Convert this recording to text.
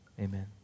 amen